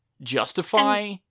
justify